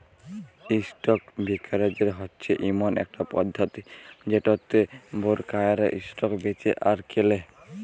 stock brokerage হচ্যে ইমন একট পধতি যেটতে বোরকাররা ইসটক বেঁচে আর কেলে